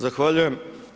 Zahvaljujem.